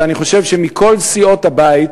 ואני חושב שמכל סיעות הבית